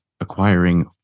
acquiring